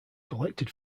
collected